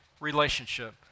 relationship